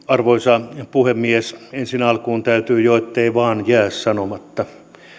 arvoisa puhemies ensin alkuun täytyy jo ettei vain jää sanomatta